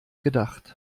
gedacht